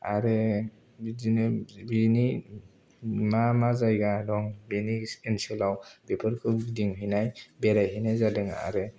आरो बिदिनो बेनि मा मा जायगा दं बेनि ओनसोलाव बेफोरखौ गिदिंहैनाय बेरायहैनाय जादों आरो